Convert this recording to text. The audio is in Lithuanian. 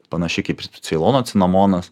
panašiai kaip ceilono cinamonas